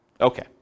Okay